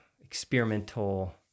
experimental